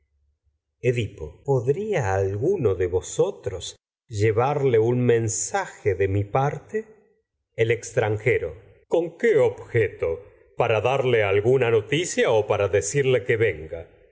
edipo podría alguno de vosotros llevarle un men saje de mi parte el extranjero con qué objeto para darle al guna noticia o para decirle que vénga